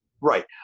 Right